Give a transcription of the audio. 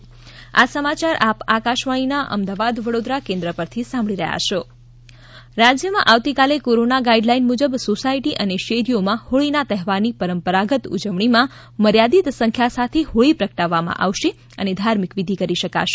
વૈદિક હોળીનું આયોજન રાજપીપળા રાજ્યમાં આવતીકાલે કોરોના ગાઇડલાઇન મુજબ સોસાયટી શેરીઓમાં હોળીના તહેવારની પરંપરાગત ઉજવણીમાં મર્યાદિત સંખ્યા સાથે હોળી પ્રગટાવવામાં આવશે અને ધાર્મિક વિધિ કરી શકાશે